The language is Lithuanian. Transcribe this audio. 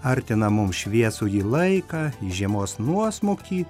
artina mums šviesųjį laiką žiemos nuosmukį